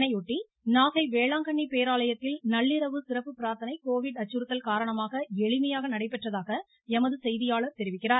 இதையொட்டி நாகை வேளாங்கன்னி பேராலயத்தில் நள்ளிரவு சிறப்பு பிரார்த்தனை கோவிட் அச்சுறுத்தல் காரணமாக எளிமையாக நடைபெற்றதாக எமது செய்தியாளர் தெரிவிக்கிறார்